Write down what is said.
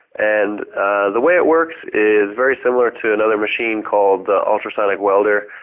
and the way it works is very similar to another machine called the ultrasonic welder